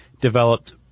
developed